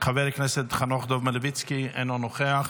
חבר הכנסת חנוך דב מלביצקי, אינו נוכח,